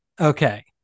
okay